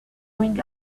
going